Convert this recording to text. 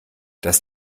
das